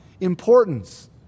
importance